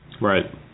Right